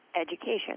education